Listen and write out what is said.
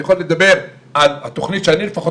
אני יכול לדבר על התוכנית שאני לפחות